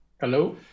Hello